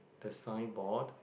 the signboard